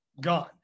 gone